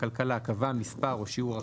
קבע מספר או שיעור אחר,